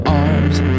arms